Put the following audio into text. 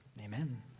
Amen